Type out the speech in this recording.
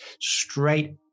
Straight